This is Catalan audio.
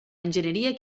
enginyeria